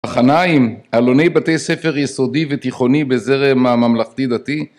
מחניים, עלוני בתי ספר יסודי ותיכוני בזרם הממלכתי דתי